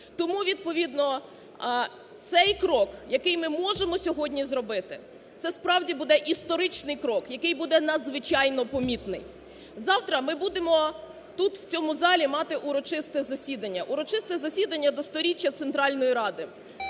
Тому відповідно цей крок, який ми можемо сьогодні зробити, це, справді, буде історичний крок, який буде надзвичайно помітний. Завтра ми будемо тут у цьому залі мати урочисте засідання, урочисте засідання до століття Центральної Ради.